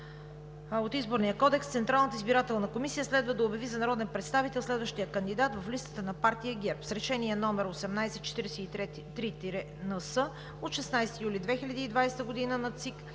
от Изборния кодекс Централната избирателна комисия следва да обяви за народен представител следващия кандидат в листата на партия ГЕРБ. С Решение № 1843-НС от 16 юли 2020 г. на ЦИК,